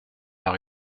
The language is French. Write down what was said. par